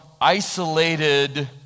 isolated